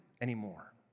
anymore